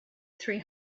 three